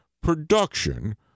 production